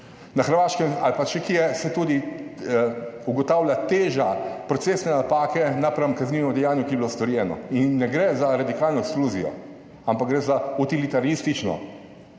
Na Hrvaškem ali pa še kje, se tudi ugotavlja teža procesne napake napram kaznivem dejanju, ki je bilo storjeno in ne gre za radikalno ekskluzijo, ampak gre za utilitaristično